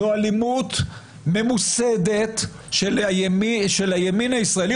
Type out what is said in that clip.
זו אלימות ממוסדת של הימין הישראלי,